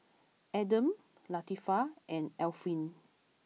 Adam Latifa and Alfian